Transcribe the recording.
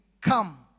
Come